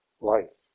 life